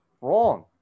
wrong